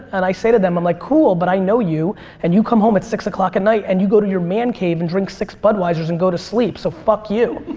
and i say to them i'm like cool but i know you and you come home at six o'clock at night and you go to your man cave and drink six budweiser's and go to sleep so fuck you.